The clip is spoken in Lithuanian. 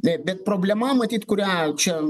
taip bet problema matyt kurią čia